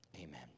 Amen